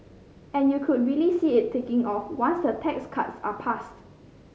and you could really see it taking off once the tax cuts are passed